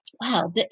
wow